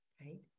right